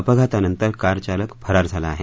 अपघातानंतर कारचालक फरार झाला आहे